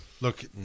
Look